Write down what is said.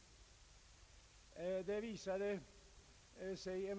Dess genomförande visade sig